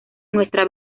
nuestra